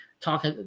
talk